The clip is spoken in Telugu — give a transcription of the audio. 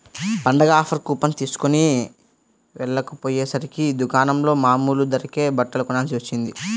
పండగ ఆఫర్ కూపన్ తీస్కొని వెళ్ళకపొయ్యేసరికి దుకాణంలో మామూలు ధరకే బట్టలు కొనాల్సి వచ్చింది